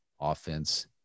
offense